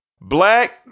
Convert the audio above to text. Black